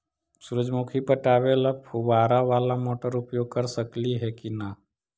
सुरजमुखी पटावे ल फुबारा बाला मोटर उपयोग कर सकली हे की न?